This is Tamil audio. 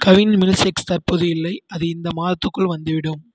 கவின் மில்க்ஷேக்ஸ் தற்போது இல்லை அது இந்த மாதத்துக்குள் வந்துவிடும்